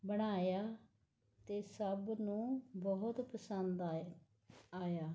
ਬਣਾਇਆ ਅਤੇ ਸਭ ਨੂੰ ਬਹੁਤ ਪਸੰਦ ਆਏ ਆਇਆ